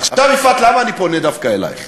עכשיו, יפעת, למה אני פונה דווקא אלייך?